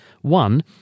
one